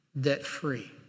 debt-free